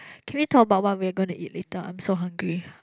can we talk about what we're gonna eat later I'm so hungry